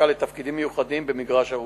לתפקידים מיוחדים במגרש- הרוסים.